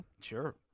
Sure